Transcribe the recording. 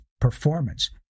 performance